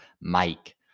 Mike